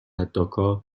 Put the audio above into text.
داکا